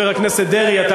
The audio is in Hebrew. אפילו אופוזיציה אתם לא